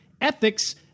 ethics